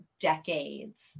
decades